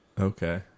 Okay